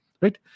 right